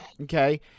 okay